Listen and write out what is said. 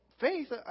faith